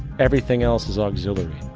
everything else is auxiliary.